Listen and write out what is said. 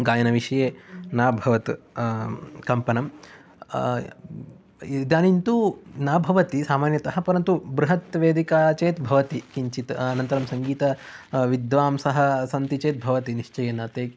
गायन विषये न भवत् कम्पनम् इदानीं तु न भवति सामान्यतया परन्तु बृहत् वेदिका चेत् भवति किञ्चित् अनन्तरं सङ्गीतविद्वांसः सन्ति चेत् भवति निश्चयेन ते